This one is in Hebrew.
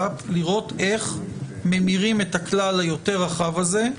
פנים לראות איך ממירים את הכלל היותר רחב הזה,